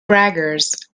braggers